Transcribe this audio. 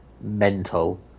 mental